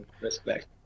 respect